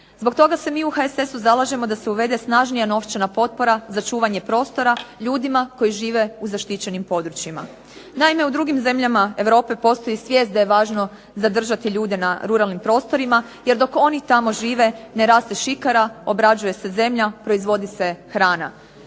Zbog toga se mi u HSS-u zalažemo da se uvede snažnija novčana potpora za čuvanje prostora ljudima koji žive u zaštićenim područjima. Naime, u drugim zemljama Europe postoji svijest da je važno zadržati ljude na ruralnim prostorima jer dok oni tamo žive ne raste šikara, obrađuje se zemlja, proizvodi se hrana.